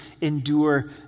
endure